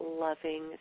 loving